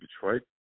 Detroit